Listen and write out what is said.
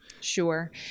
Sure